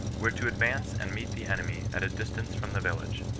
were to advance and meet the enemy at a distance from the village.